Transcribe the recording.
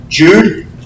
Jude